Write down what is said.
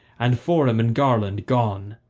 and forum and garland gone,